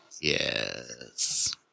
Yes